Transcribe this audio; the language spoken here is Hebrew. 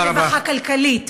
ברווחה כלכלית.